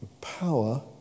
Power